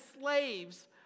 slaves